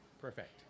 Perfect